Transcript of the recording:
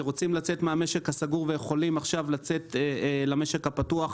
רוצים לצאת מהמשק הסגור ויכולים לצאת עכשיו למשק הפתוח,